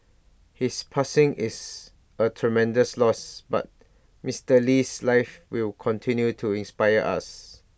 his passing is A tremendous loss but Mister Lee's life will continue to inspire us